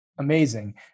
Amazing